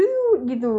hmm